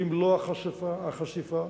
במלוא החשיפה,